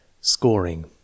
Scoring